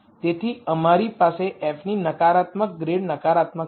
તેથી અમારી પાસે f ની નકારાત્મક ગ્રેડ નકારાત્મક હશે